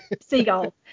seagull